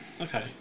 Okay